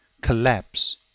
collapse